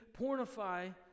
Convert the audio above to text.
pornify